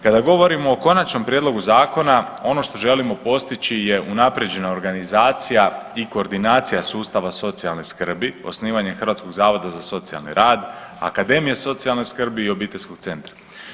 Kada govorimo o konačnom prijedlogu zakona ono što želimo postići je unaprijeđena organizacija i koordinacija sustava socijalne skrbi, osnivanje Hrvatskog zavoda za socijalni rad, akademije socijalne skrbi i obiteljskog centra.